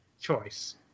choice